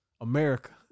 America